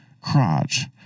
Crotch